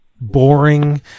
boring